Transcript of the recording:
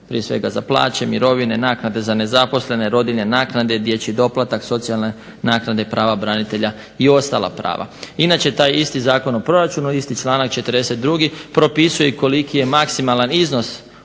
prije svega za plaće, mirovine, naknade za nezaposlene, rodiljne naknade, dječji doplatak, socijalne naknade i prava branitelja i ostala prava. Inače taj isti Zakon o proračun isti članak 42. propisuje koliki je maksimalan iznos